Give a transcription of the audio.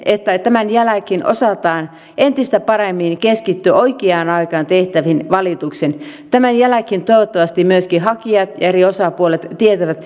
että tämän jälkeen osataan entistä paremmin keskittyä oikeaan aikaan tehtäviin valituksiin tämän jälkeen toivottavasti myöskin hakijat ja eri osapuolet tietävät